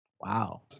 wow